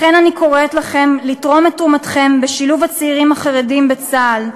לכן אני קוראת לכם לתרום את תרומתכם בשילוב הצעירים החרדיים בצה"ל.